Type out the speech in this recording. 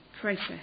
process